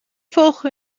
vogel